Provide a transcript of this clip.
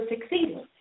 succeeding